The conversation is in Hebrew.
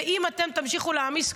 ואם אתם תמשיכו להעמיס,